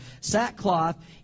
sackcloth